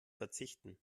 verzichten